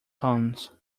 cons